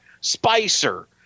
Spicer